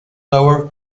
lower